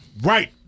Right